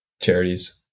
charities